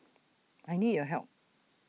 I need your help